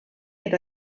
eta